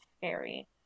scary